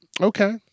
Okay